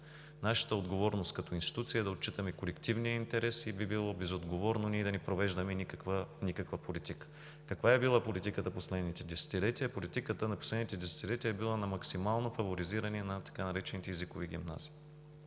Нашата отговорност като институция е да отчитаме колективния интерес и би било безотговорно ние да не провеждаме никаква политика. Каква е била политиката в последните десетилетия? Политиката на последните десетилетия е била на максимално фаворизиране на така наречените езикови гимназии.